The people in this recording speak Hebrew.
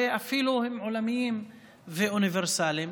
ואפילו עולמיים ואוניברסליים.